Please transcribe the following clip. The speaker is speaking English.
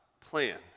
plan